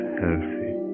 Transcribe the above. healthy